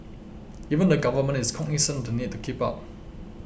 even the government is cognisant of the need to keep up